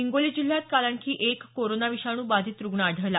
हिंगोली जिल्ह्यात काल आणखी एक कोरोना विषाणू बाधित रुग्ण आढळला